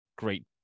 Great